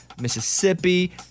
Mississippi